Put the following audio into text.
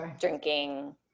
drinking